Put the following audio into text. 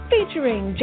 Featuring